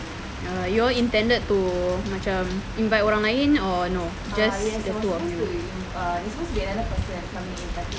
ya you all intended to macam invite orang lain or no just the two of you